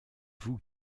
vous